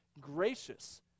gracious